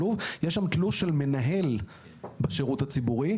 ויש שם תלוש של מנהל בשירות הציבורי,